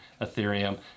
Ethereum